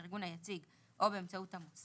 באמצעות הסדרי ביטוחהארגון היציג או באמצעות המוסד,